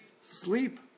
sleep